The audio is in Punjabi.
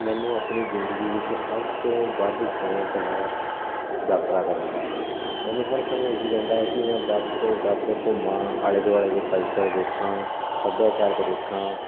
ਮੈਨੂੰ ਆਪਣੀ ਜ਼ਿੰਦਗੀ ਵਿੱਚ ਸਭ ਤੋਂ ਵੱਧ ਸ਼ੌਂਕ ਹੈ ਯਾਤਰਾ ਕਰਨ ਦਾ ਮੈਨੂੰ ਹਰ ਸਮੇਂ ਇਹੀ ਰਹਿੰਦਾ ਹੈ ਕਿ ਮੈਂ ਵੱਧ ਤੋਂ ਵੱਧ ਘੁੰਮਾਂ ਆਲ਼ੇ ਦੁਆਲ਼ੇ ਦੇ ਕਲਚਰ ਦੇਖਾਂ ਸੱਭਿਆਚਾਰਕ ਦੇਖਾਂ